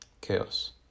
chaos